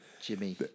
Jimmy